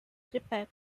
tripé